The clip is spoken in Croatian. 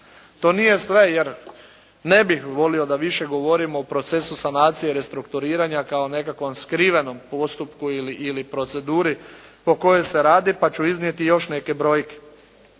To nije sve, jer ne bih volio da više govorimo o procesu sanacije i restrukturiranja kao nekakvom skrivenom postupku ili proceduri po kojoj se radi pa ću iznijeti još neke brojke.